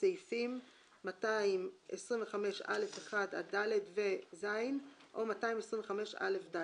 סעיפים 225(א1) עד (ד) ו-(ז) או 225א(ד)".